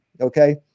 Okay